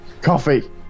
Coffee